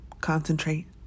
Concentrate